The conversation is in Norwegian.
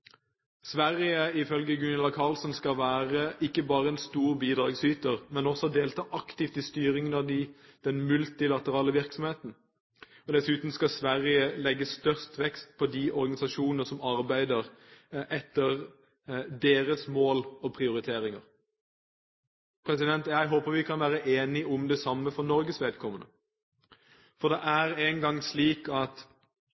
Sverige skal, ifølge Gunilla Carlsson, ikke bare være en stor bidragsyter, men også delta aktivt i styringen av den multilaterale virksomheten, og dessuten skal Sverige legge størst vekt på de organisasjonene som arbeider etter deres mål og prioriteringer. Jeg håper vi kan være enige om det samme for Norges vedkommende. For det